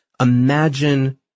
imagine